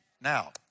Now